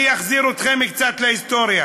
אני אחזיר אתכם קצת להיסטוריה.